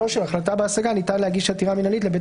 (3)על החלטה בהשגה ניתן להגיש עתירה מינהלית לבית